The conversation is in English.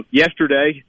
yesterday